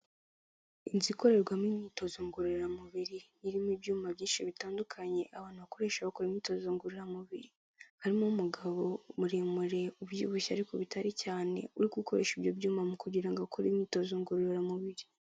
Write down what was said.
Inzu ikorerwamo imyitozo ngororamubiri, irimo ibyuma byinshi bitandukanye abantu bakoresha bakora imyitozo ngororamubiri, harimo umugabo muremure ubyibushye ariko bitari cyane, uri gukoresha ibyo byuma mu kugira ngo akore imyitozo ngororamubiri.